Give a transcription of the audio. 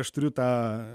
aš turiu tą